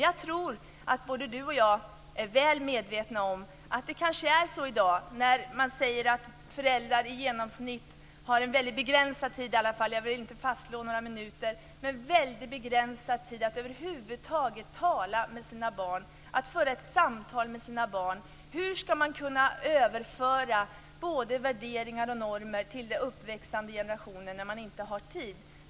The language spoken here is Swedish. Jag tror att både Alice Åström och jag är väl medvetna om att föräldrar i dag genomsnittligt sägs ha en väldigt begränsad tid, även om jag inte vill fastslå några minuter, att över huvud taget tala med sina barn, att föra ett samtal med sina barn. Hur skall man kunna överföra värderingar och normer till den uppväxande generationen när man inte har tid?